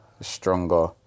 stronger